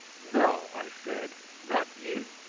no, i said not you.